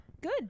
Good